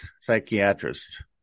psychiatrist